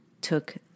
took